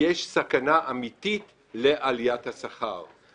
סכנה אמיתית לעליית השכר.